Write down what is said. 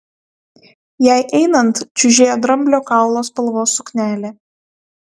jai einant čiužėjo dramblio kaulo spalvos suknelė